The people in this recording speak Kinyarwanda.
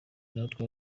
natwe